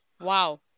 Wow